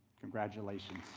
congratulations!